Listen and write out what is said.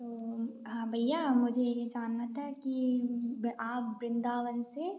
हाँ भैया मुझे ये जानना था कि आप वृन्दावन से